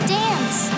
dance